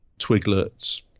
twiglets